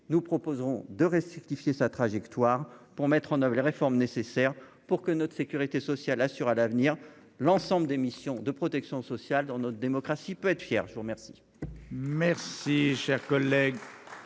nous proposerons de re-certifier sa trajectoire pour mettre en oeuvre les réformes nécessaires pour que notre sécurité sociale, assure à l'avenir, l'ensemble des missions de protection sociale dans notre démocratie peut être fier, je vous remercie.